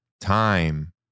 Time